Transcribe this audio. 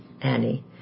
Annie